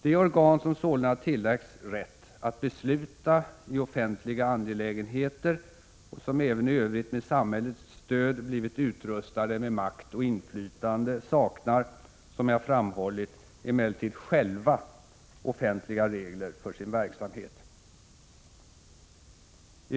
De organ som sålunda tillagts rätt att besluta i offentliga angelägenheter och som även i övrigt med samhällets stöd blivit utrustade med makt och inflytande saknar, som jag framhållit, emellertid själva offentliga regler för sin verksamhet. Fru talman!